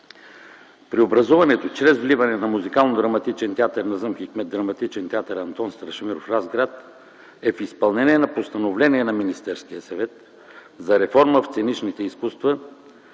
Преобразуването чрез вливане на Музикално-драматичен театър „Назъм Хикмет” в Драматичен театър „Антон Страшимиров” – Разград, е в изпълнение на Постановлението на Министерския съвет за реформа в сценичните изкуства.